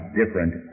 different